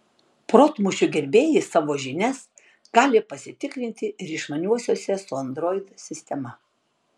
protmūšių gerbėjai savo žinias gali pasitikrinti ir išmaniuosiuose su android sistema